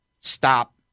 stop